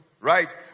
right